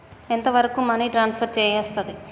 ఎంత వరకు money transfer చేయస్తది?